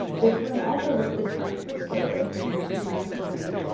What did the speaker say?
this room also listed trunks for storage, like you see here on the screen,